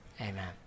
Amen